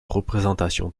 représentations